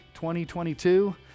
2022